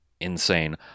insane